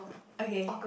okay